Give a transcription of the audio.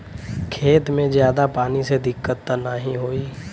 खेत में ज्यादा पानी से दिक्कत त नाही होई?